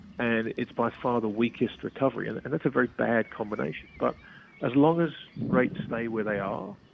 and it's by far the weakest recovery and and that's a very bad combination. but as long as rates stay where they are,